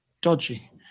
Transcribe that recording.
dodgy